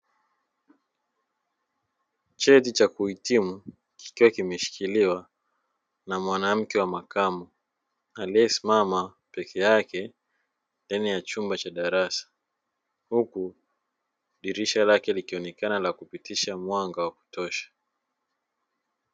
Cheti cha kuhitimu kikiwa kimeshikiliwa na mwanamke wa makamu aliyesimama pekeyake ndani ya chumba cha darasa huku dirisha lake likioneka lakupitisha mwanga wa kutosha.